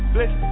Bless